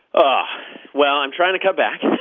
but well, i'm trying to cut back.